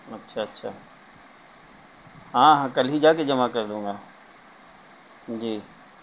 اچھا اچھا ہاں ہاں کل ہی جا کے جمع کر دوں گا جی